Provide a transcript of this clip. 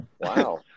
wow